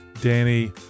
Danny